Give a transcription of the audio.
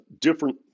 different